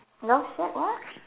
love shack what